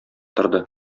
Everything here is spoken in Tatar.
торды